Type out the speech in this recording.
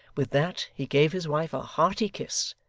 with that he gave his wife a hearty kiss,